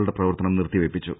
ളുടെ പ്രവർത്തനം നിർത്തിവെപ്പിച്ചു